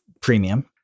premium